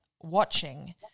watching